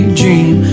dream